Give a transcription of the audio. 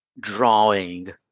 drawing